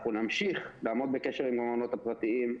אנחנו נמשיך לעמוד בקשר עם המעונות הפרטיים.